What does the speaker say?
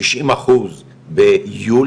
תשעים אחוז ביולי,